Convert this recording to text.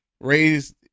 raised